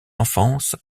enfance